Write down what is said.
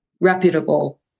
reputable